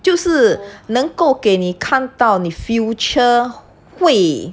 就是能够给你看到你 future 会